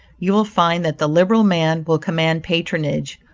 you will find that the liberal man will command patronage,